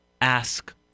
ask